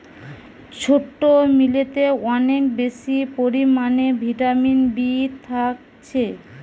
ছোট্ট মিলেতে অনেক বেশি পরিমাণে ভিটামিন বি থাকছে